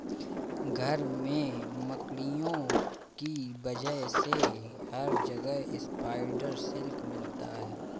घर में मकड़ियों की वजह से हर जगह स्पाइडर सिल्क मिलता है